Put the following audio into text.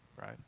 Right